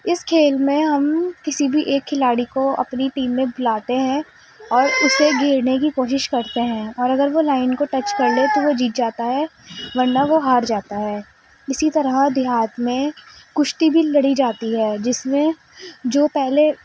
اس کھیل میں ہم کسی بھی ایک کھلاڑی کو اپنی ٹیم میں بلاتے ہیں اور اسے گھیرنے کی کوشش کرتے ہیں اور اگر وہ لائن کو ٹچ کر لے تو وہ جیت جاتا ہے ورنہ وہ ہار جاتا ہے اسی طرح دیہات میں کشتی بھی لڑی جاتی ہے جس میں جو پہلے